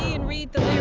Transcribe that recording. and read the